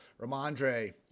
Ramondre